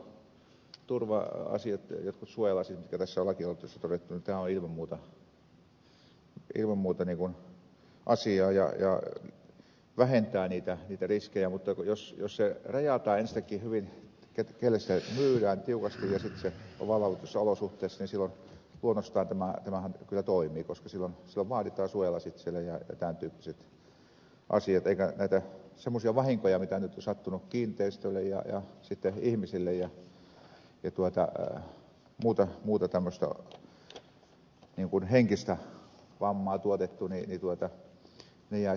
sitten nämä muut turva asiat jotkut suojalasit mitkä tässä on lakialoitteessa todettu tämä on ilman muuta asiaa ja vähentää niitä riskejä mutta jos se rajataan ensinnäkin hyvin kelle myydään tiukasti ja valvotussa olosuhteissa niin silloin luonnostaan tämähän kyllä toimii koska silloin vaaditaan suojalasit siellä ja tämän tyyppiset asiat ja semmoiset vahingot mitä nyt on sattunut kiinteistöille ja ihmisille ja muuta tämmöistä henkistä vammaa tuotettu jäisivät pois tässä tilanteessa